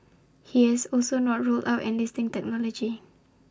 he has also not ruled out enlisting technology